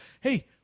Hey